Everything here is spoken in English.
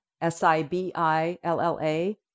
S-I-B-I-L-L-A